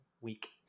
week